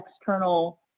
external